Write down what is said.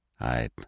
I